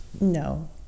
No